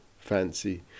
fancy